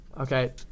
Okay